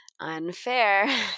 unfair